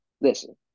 Listen